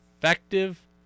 effective